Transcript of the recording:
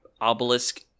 obelisk